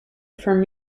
from